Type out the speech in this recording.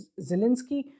Zelensky